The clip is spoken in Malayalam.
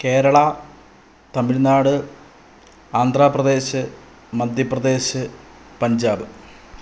കേരള തമിഴ്നാട് ആന്ധ്രാപ്രദേശ് മധ്യപ്രദേശ് പഞ്ചാബ്